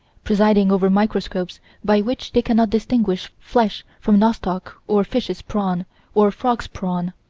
presiding over microscopes by which they cannot distinguish flesh from nostoc or fishes' spawn or frogs' spawn,